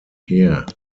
here